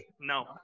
No